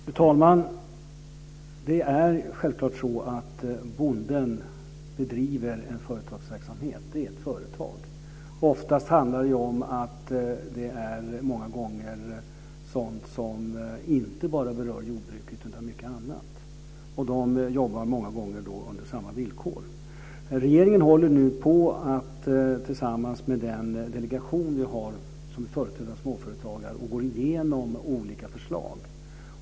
Fru talman! Det är självklart så att bonden bedriver en företagsverksamhet - ett företag. Ofta handlar det om sådant som inte bara berör jordbruket utan mycket annat, och de jobbar många gånger under samma villkor. Regeringen håller nu tillsammans med den delegation som vi har och som företräder småföretagare på att gå igenom olika förslag.